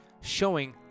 showing